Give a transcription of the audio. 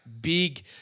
big